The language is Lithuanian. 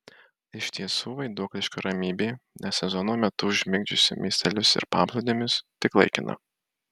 iš tiesų vaiduokliška ramybė ne sezono metu užmigdžiusi miestelius ir paplūdimius tik laikina